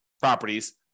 properties